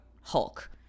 Hulk